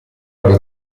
alla